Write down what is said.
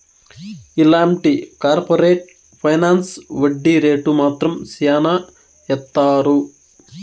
ఇలాంటి corporate finance వడ్డీ rate మాత్రం శ్యానా ఏత్తారు